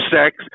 sex